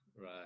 Right